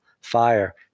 fire